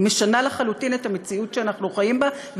היא משנה לחלוטין את המציאות שאנחנו חיים בה,